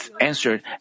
answered